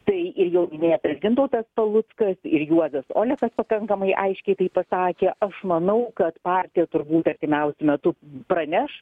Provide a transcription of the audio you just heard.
tai ir jau minėtas gintautas paluckas ir juozas olekas pakankamai aiškiai tai pasakė aš manau kad partija turbūt artimiausiu metu praneš